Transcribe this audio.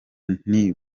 nti